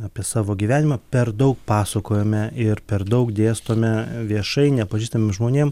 apie savo gyvenimą per daug pasakojame ir per daug dėstome viešai nepažįstamiem žmonėm